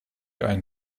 einen